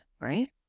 right